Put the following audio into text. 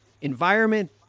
environment